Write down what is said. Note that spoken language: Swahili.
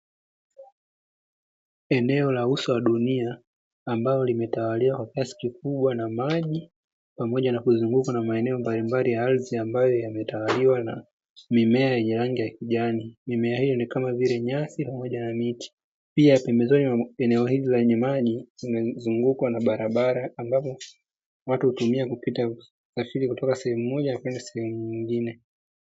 Eneo la uso wa dunia ambao limetawaliwa kwa kiasi kikubwa na maji pamoja na kuzungukwa na maeneo mbalimbali ya ardhi, ambayo yametawaliwa na mimea yenye rangi ya kijani mimea hiyo ni kama vile nyasi pamoja na miti, pia pembezoni eneo hili la unywaji zimezungukwa na barabara ambapo watu hutumia kupita usafiri kutoka sehemu moja kwenda sehemu nyingine.